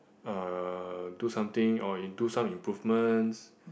uh do something or in do some improvements